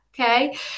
Okay